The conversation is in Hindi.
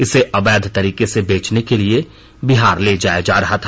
इसे अवैध तरीके से बेचने के लिए बिहार ले जाया जा रहा था